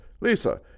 Lisa